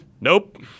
Nope